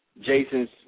Jason's